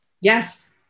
Yes